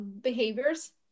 behaviors